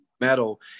metal